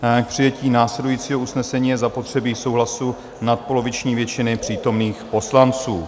K přijetí následujícího usnesení je zapotřebí souhlasu nadpoloviční většiny přítomných poslanců.